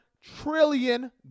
trillion